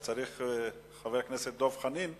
הכול בא מבית-ג'ן.